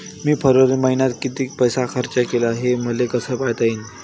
मी फरवरी मईन्यात कितीक पैसा खर्च केला, हे मले कसे पायता येईल?